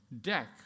deck